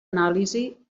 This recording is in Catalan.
anàlisi